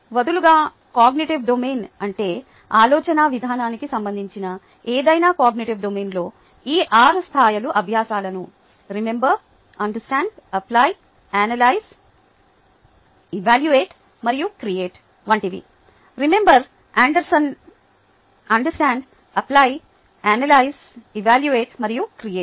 వదులుగా cognitive domain అంటే ఆలోచనా విధానానికి సంబంధించిన ఏదైనా కాగ్నిటివ్ డొమైన్లో ఈ ఆరు స్థాయిల అభ్యాసాలను remember understand apply analyze evaluate మరియు క్రియేట్ వంటివి remember understand apply analyze evaluate మరియు క్రియేట్